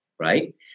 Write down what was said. Right